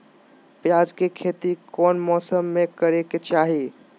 प्याज के खेती कौन मौसम में करे के चाही?